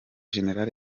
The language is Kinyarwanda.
général